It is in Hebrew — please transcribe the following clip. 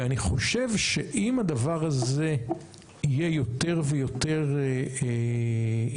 ואני חושב שאם הדבר הזה יהיה יותר ויותר אפשרי,